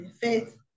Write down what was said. faith